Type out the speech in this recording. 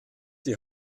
die